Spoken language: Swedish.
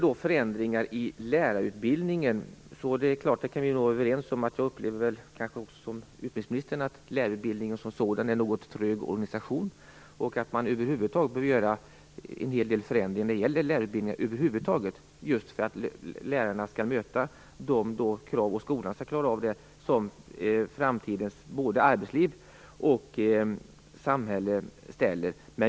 Jag upplever liksom utbildningsministern att lärarutbildningen som sådan är en något trög organisation, och jag tror att man behöver göra en hel del förändringar när det gäller lärarutbildningar över huvud taget, just för att lärarna och skolan skall motsvara de krav som framtidens arbetsliv och samhälle ställer.